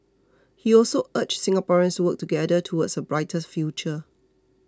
he also urged Singaporeans to work together towards a brighter future